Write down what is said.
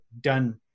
done